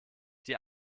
die